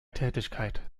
tätigkeit